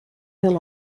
hill